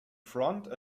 front